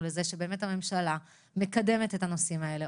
לכך שבאמת הממשלה מקדמת את הנושאים הללו,